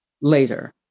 later